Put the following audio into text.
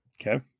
Okay